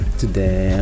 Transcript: today